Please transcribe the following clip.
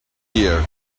here